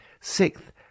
Sixth